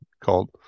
called